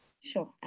Sure